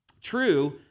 True